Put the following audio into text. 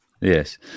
Yes